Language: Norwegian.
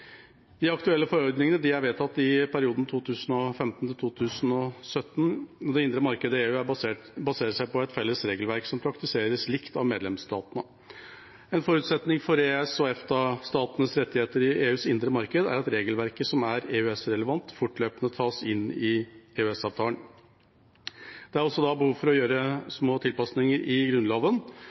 De aktuelle forordningene er vedtatt i perioden 2015–2017, og det indre markedet i EU baserer seg på et felles regelverk som praktiseres likt av medlemsstatene. En forutsetning for EØS- og EFTA-statenes rettigheter i EUs indre marked er at regelverket som er EØS-relevant, fortløpende tas inn i EØS-avtalen. Det er også behov for å gjøre små tilpasninger i Grunnloven.